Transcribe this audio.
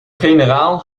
generaal